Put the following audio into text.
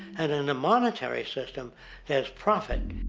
and in a monetary system there's profit.